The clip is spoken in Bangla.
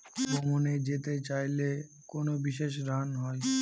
ভ্রমণে যেতে চাইলে কোনো বিশেষ ঋণ হয়?